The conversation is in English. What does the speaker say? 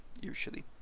usually